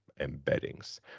embeddings